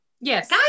Yes